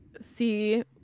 see